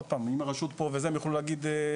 עוד פעם, הרשות פה והם יוכלו להגיד,